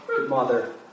mother